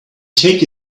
take